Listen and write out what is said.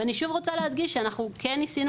ואני שוב רוצה להדגיש שאנחנו כן ניסיתי